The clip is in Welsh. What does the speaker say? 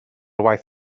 waith